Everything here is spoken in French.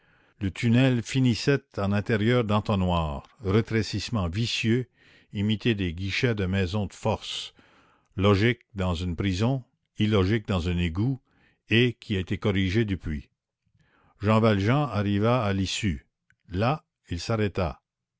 le tunnel finissait en intérieur d'entonnoir rétrécissement vicieux imité des guichets de maisons de force logique dans une prison illogique dans un égout et qui a été corrigé depuis jean valjean arriva à l'issue là il s'arrêta